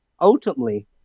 ultimately